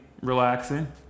relaxing